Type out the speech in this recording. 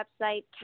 website